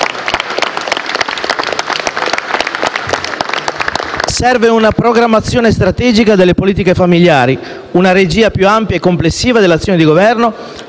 Serve una programmazione strategica delle politiche familiari, una regia più ampia e complessiva dell'azione di Governo,